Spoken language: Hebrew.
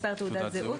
מספר תעודת זהות.